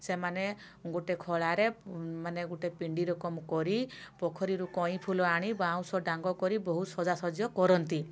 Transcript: ସେମାନେ ଗୋଟେ ଖଳାରେ ମାନେ ଗୋଟେ ପିଣ୍ଡି ରକମ କରି ପୋଖରୀରୁ କଇଁଫୁଲ ଆଣି ବାଉଁଶ ଡାଙ୍ଗ କରି ବହୁ ସଜା ସାଜ୍ୟ କରନ୍ତି